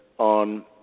on